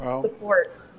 Support